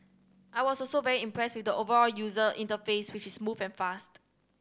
I was also very impressed with the overall user interface which is smooth and fast